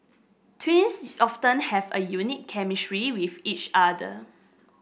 twins often have a unique chemistry with each other